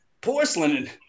porcelain